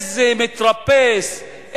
איזה מתרפס,